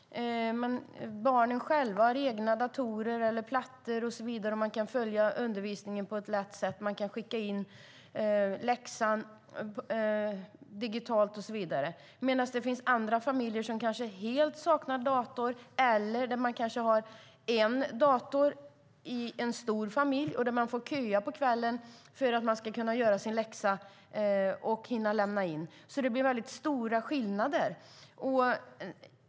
Barnen har egna datorer, läsplattor och så vidare. De kan lätt följa undervisningen, skicka in läxan digitalt och så vidare, medan det finns andra familjer som helt saknar dator eller stora familjer som kanske bara har en dator som barnen får köa till på kvällen för att kunna göra och skicka in sin läxa. Det är väldigt stora skillnader.